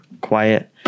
quiet